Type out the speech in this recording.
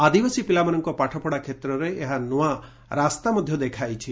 ଆଦିବାସୀ ପିଲାମାନଙ୍କ ପାଠପଢ଼ା କ୍ଷେତ୍ରରେ ଏହା ନୁଆ ରାସ୍ତା ଦେଖାଇଛି